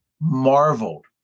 marveled